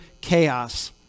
chaos